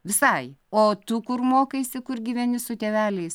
visai o tu kur mokaisi kur gyveni su tėveliais